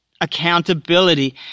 Accountability